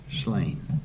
slain